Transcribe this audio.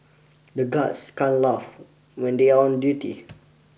the guards can't laugh when they are on duty